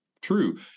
true